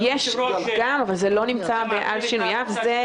אני לא מצביע עכשיו.